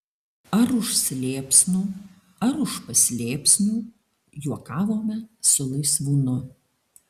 ar už slėpsnų ar už paslėpsnių juokavome su laisvūnu